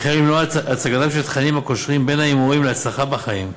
ולמנוע הצגת תכנים הקושרים הימורים להצלחה בחיים,